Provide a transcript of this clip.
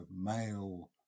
male